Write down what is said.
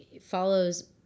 follows